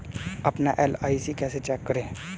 अपना एल.आई.सी कैसे चेक करें?